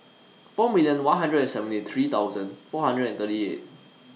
four million one hundred and seventy three thousand four hundred and thirty eight